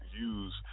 use